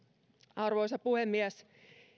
arvoisa puhemies